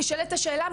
נשאלת השאלה,